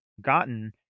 gotten